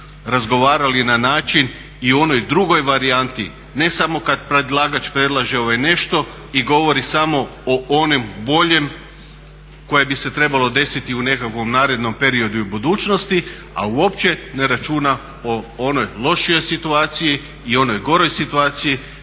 razgovarali na način i u onoj drugoj varijanti ne samo kada predlagač predlaže nešto i govori samo o onom boljem koje bi se trebalo desiti u nekakvom narednom periodu u budućnosti a uopće ne računa o onoj lošijoj situaciji i onoj goroj situaciji